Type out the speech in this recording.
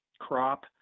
crop